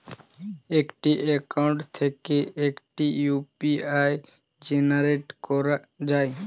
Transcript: একটি অ্যাকাউন্ট থেকে কটি ইউ.পি.আই জেনারেট করা যায়?